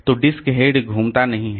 तो disk head घूमता नहीं है